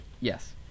Yes